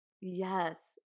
Yes